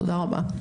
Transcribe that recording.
תודה רבה.